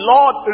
Lord